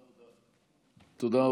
תודה.